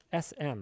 SM